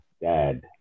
dad